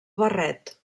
barret